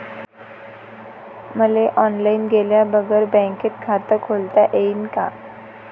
मले ऑनलाईन गेल्या बगर बँकेत खात खोलता येईन का?